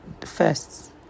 first